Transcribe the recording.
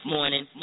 Morning